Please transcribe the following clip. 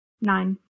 Nine